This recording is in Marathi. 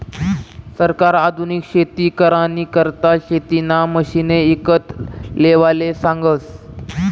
सरकार आधुनिक शेती करानी करता शेतीना मशिने ईकत लेवाले सांगस